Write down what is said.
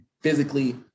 physically